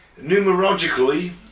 Numerologically